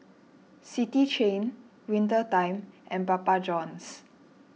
City Chain Winter Time and Papa Johns